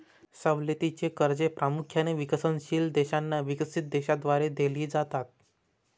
सवलतीची कर्जे प्रामुख्याने विकसनशील देशांना विकसित देशांद्वारे दिली जातात